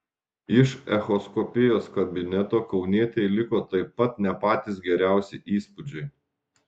iš echoskopijos kabineto kaunietei liko taip pat ne patys geriausi įspūdžiai